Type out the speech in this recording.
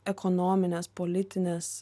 ekonomines politines